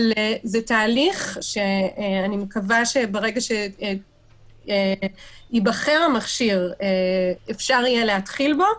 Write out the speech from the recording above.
אבל זה תהליך שאני מקווה שברגע שייבחר המכשיר אפשר יהיה להתחיל בו,